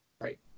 Right